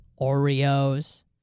Oreos